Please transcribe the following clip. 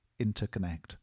interconnect